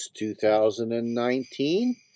2019